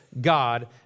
God